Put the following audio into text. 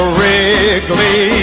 Wrigley